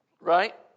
right